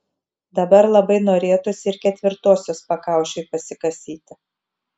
dabar labai norėtųsi ir ketvirtosios pakaušiui pasikasyti